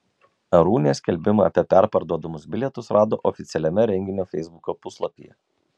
arūnė skelbimą apie perparduodamus bilietus rado oficialiame renginio feisbuko puslapyje